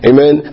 Amen